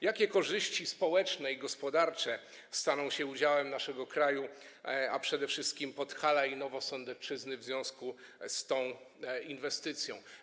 Jakie korzyści społeczne i gospodarcze staną się udziałem naszego kraju, a przede wszystkim Podhala i Nowosądecczyzny, w związku z tą inwestycją?